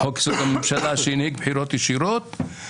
החוק שהנהיג בחירות ישירות,